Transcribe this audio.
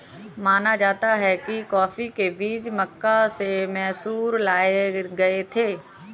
माना जाता है कि कॉफी के बीज मक्का से मैसूर लाए गए थे